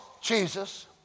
Jesus